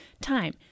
time